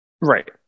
Right